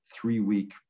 three-week